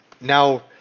now